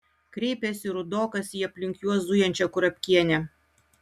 kreipėsi rudokas į aplink juos zujančią kurapkienę